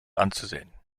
anzusehen